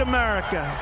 America